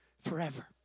forever